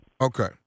Okay